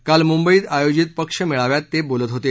काल मुंबईत आयोजित पक्ष मेळाव्यात ते बोलत होते